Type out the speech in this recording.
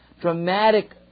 dramatic